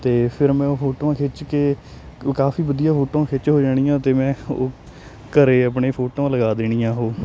ਅਤੇ ਫਿਰ ਮੈਂ ਉਹ ਫੋਟੋਆਂ ਖਿੱਚ ਕੇ ਕਾਫ਼ੀ ਵਧੀਆ ਫੋਟੋ ਖਿੱਚ ਹੋ ਜਾਣੀਆਂ ਅਤੇ ਮੈਂ ਉਹ ਘਰ ਆਪਣੇ ਫੋਟੋਆਂ ਲਗਾ ਦੇਣੀਆਂ ਉਹ